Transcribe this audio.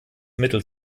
mittel